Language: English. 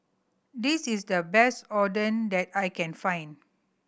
this is the best Oden that I can find